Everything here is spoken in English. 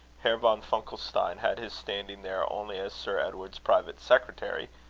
herr von funkelstein had his standing there only as sir edward's private secretary,